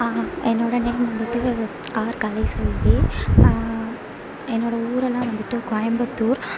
என்னோடய நேம் வந்துட்டு ஆர் கலைசெல்வி என்னோடய ஊரெல்லாம் வந்துட்டு கோயம்பத்தூர்